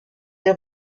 des